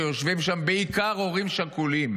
שיושבים שם בעיקר הורים שכולים,